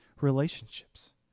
relationships